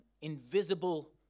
invisible